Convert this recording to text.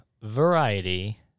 variety